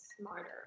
smarter